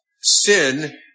sin